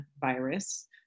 virus